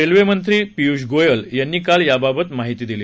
railway मंत्री पियूष गोयल यांनी काल याबाबत माहिती दिली